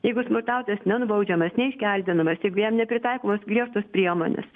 jeigu smurtautojas nenubaudžiamas neiškeldinamas jeigu jam nepritaikomos griežtos priemonės